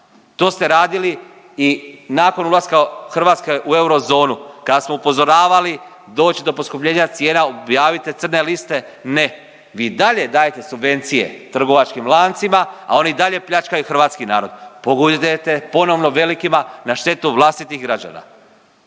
To ste radili i nakon ulaska Hrvatske u eurozonu kad smo upozoravali, doći će do poskupljenja cijena, prijavite crne liste, ne. Vi i dalje dajete subvencije trgovačkim lancima, a oni i dalje pljačkaju hrvatski narod. Pogodujete ponovno velikima na štetu vlastitih građana.